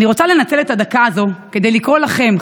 אני רוצה לנצל את הדקה הזאת כדי לקרוא לכם,